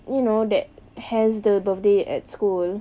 you know that has the birthday at school